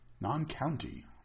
non-county